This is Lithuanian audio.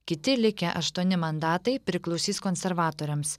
kiti likę aštuoni mandatai priklausys konservatoriams